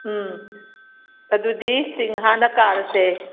ꯎꯝ ꯑꯗꯨꯗꯤ ꯆꯤꯡ ꯍꯥꯟꯅ ꯀꯥꯔꯁꯦ